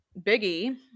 Biggie